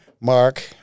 Mark